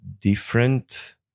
different